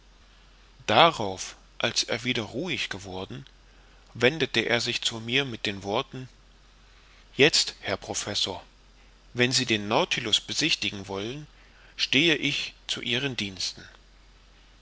darauf als er wieder ruhig geworden wendete er sich zu mir mit den worten jetzt herr professor wenn sie den nautilus besichtigen wollen stehe ich zu ihren diensten